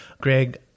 Greg